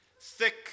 Thick